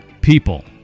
people